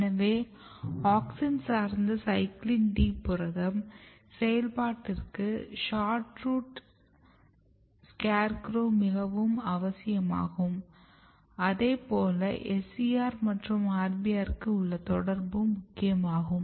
எனவே ஆக்ஸின் சார்ந்த CYCLIN D புரத செயல்பாட்டிற்கு SHORT ROOT SCARE CROW மிகவும் அவசியமாகும அதேபோல் SCR மற்றும் RBR க்கு உள்ள தொடர்பும் முக்கியமாகும்